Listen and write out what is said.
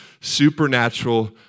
supernatural